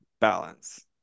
balance